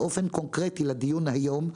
באופן קונקרטי לדיון היום,